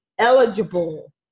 Eligible